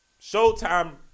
Showtime